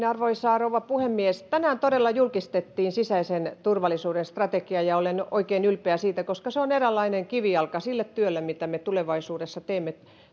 arvoisa rouva puhemies tänään todella julkistettiin sisäisen turvallisuuden strategia ja olen oikein ylpeä siitä koska se on eräänlainen kivijalka sille työlle mitä me tulevaisuudessa teemme